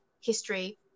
history